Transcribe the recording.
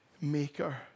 maker